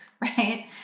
right